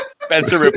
Spencer